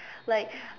like